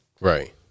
Right